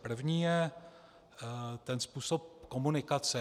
První je způsob komunikace.